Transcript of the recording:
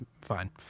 fine